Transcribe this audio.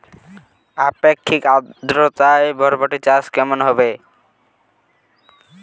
আপেক্ষিক আদ্রতা বরবটি চাষ কেমন হবে?